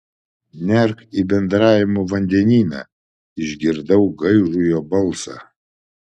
nerk į bendravimo vandenyną išgirdau gaižų jo balsą